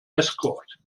escort